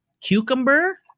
cucumber